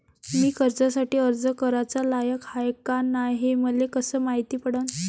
मी कर्जासाठी अर्ज कराचा लायक हाय का नाय हे मले कसं मायती पडन?